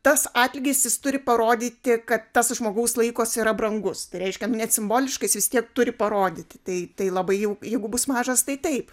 tas atlygis jis turi parodyti kad tas žmogaus laikas yra brangus tai reiškia net simboliškai jis vis tiek turi parodyti tai tai labai jau jeigu bus mažas tai taip